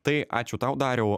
tai ačiū tau dariau